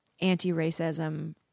anti-racism